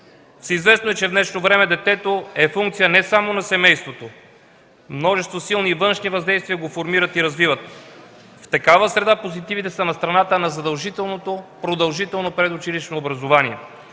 Всеизвестно е, че в днешно време детето е функция не само на семейството. Множество силни външни въздействия го формират и развиват. В такава среда позитивите са на страната на задължителното продължително предучилищно образование